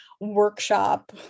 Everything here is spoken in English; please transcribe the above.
workshop